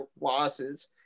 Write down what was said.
losses